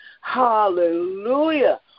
hallelujah